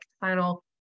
final